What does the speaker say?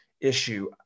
issue